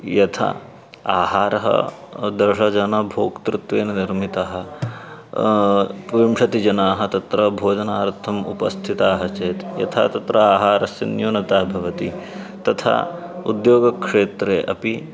यथा आहारः दशजनभोक्तृत्वेन निर्मितः विंशतिजनाः तत्र भोजनार्थम् उपस्थिताः चेत् यथा तत्र आहारस्य न्यूनता भवति तथा उद्योगक्षेत्रे अपि